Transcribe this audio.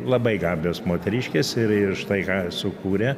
labai gabios moteriškės ir ir štai ką sukūrė